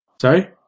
Sorry